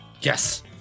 Yes